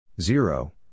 Zero